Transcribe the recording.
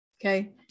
Okay